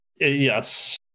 Yes